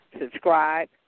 subscribe